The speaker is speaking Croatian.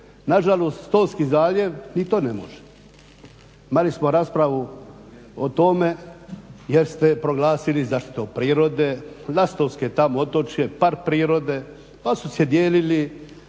Na žalost Stonski zaljev ni to ne može. Imali smo raspravu o tome jer ste proglasili zaštitom prirode, Lastovske tamo otočje, park prirode, pa su si dijelili